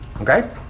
Okay